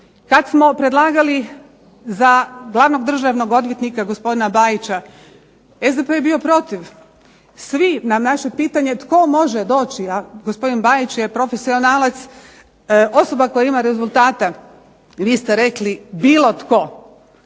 Kad smo predlagali za glavnog državnog odvjetnika gospodina Bajića SDP je bio protiv. Svi na naše pitanje tko može doći, a gospodin Bajić je profesionalac, osoba koja ima rezultate, vi ste rekli bilo tko,